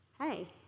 Hey